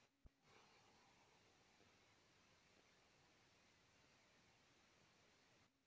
rubber के पौधा के दूध से ही रबर के बनावल जात बाटे